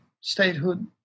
statehood